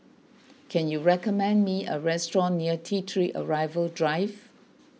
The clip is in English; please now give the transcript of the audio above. can you recommend me a restaurant near T three Arrival Drive